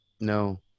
no